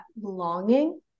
longing